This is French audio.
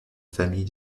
famille